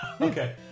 okay